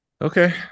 Okay